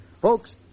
Folks